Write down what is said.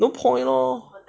no point lor